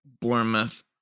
Bournemouth